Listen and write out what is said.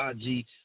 IG